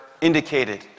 indicated